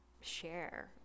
share